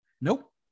Nope